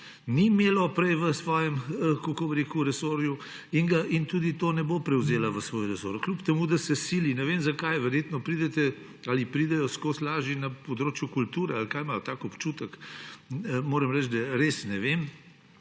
ni imelo prej v svojem, kako bi rekel, resorju in tudi to ne bo prevzelo v svoj resor, kljub temu da se sili. Ne vem, zakaj, verjetno pridete ali pridejo skozi lažje na področju kulture ali kaj imajo tak občutek. Moram reči, da res ne vem,